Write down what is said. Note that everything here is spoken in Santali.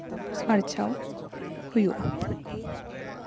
ᱟᱨᱡᱟᱣ ᱦᱩᱭᱩᱜᱼᱟ